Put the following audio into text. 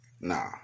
Nah